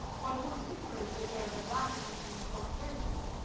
but was ignorant that there had latterly been fluctuations.